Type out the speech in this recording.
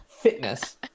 fitness